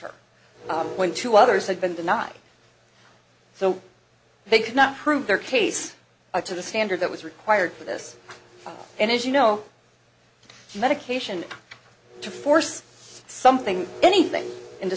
her when two others had been denied so they could not prove their case to the standard that was required for this and as you know medication to force something anything into